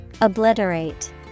Obliterate